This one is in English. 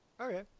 Okay